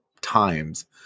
times